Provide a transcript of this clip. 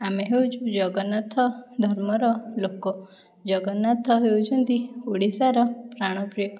ଆମେ ହେଉଛୁ ଜଗନ୍ନାଥ ଧର୍ମର ଲୋକ ଜଗନ୍ନାଥ ହେଉଛନ୍ତି ଓଡ଼ିଶାର ପ୍ରାଣ ପ୍ରିୟ